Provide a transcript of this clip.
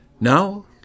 now